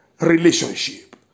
relationship